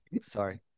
Sorry